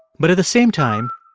but at the same time,